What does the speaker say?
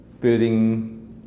building